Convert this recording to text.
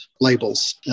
labels